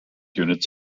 units